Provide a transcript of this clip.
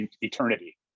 eternity